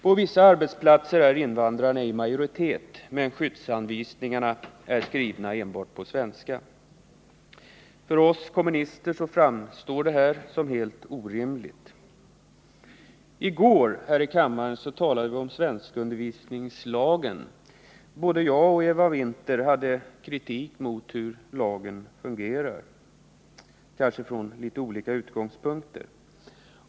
På vissa arbetsplatser är invandrarna i majoritet, men skyddsanvisningarna är trots detta skrivna på enbart svenska. För oss kommunister framstår detta som helt orimligt. Tgår talade vi här i kammaren om svenskundervisningslagen. Både jag och Eva Winther kritiserade lagens funktion — kanske från litet olika utgångspunkter.